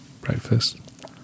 breakfast